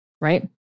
right